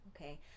Okay